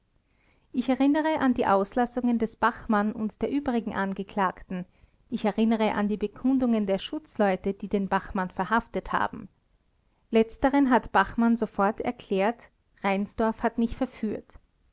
ich erinnere an die auslassungen des bachmann und der übrigen angeklagten ich erinnere an die bekundungen der schutzleute die den bachmann verhaftet haben letzteren hat bachmann sofort erklärt reinsdorf hat mich verführt